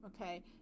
okay